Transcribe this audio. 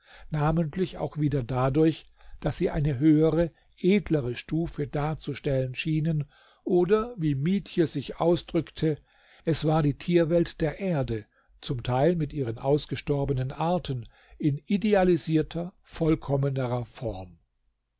namentlich auch wieder dadurch daß sie eine höhere edlere stufe darzustellen schienen oder wie mietje sich ausdrückte es war die tierwelt der erde zum teil mit ihren ausgestorbenen arten in idealisierter vollkommenerer form